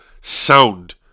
sound